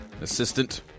assistant